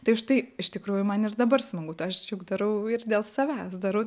tai štai iš tikrųjų man ir dabar smagu tai aš juk darau ir dėl savęs darau